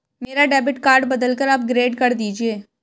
मेरा debit card बदलकर upgrade कर दीजिए